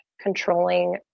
controlling